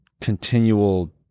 continual